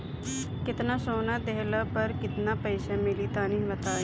केतना सोना देहला पर केतना पईसा मिली तनि बताई?